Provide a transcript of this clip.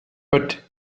but